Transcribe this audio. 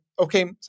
Okay